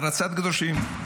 הערצת קדושים.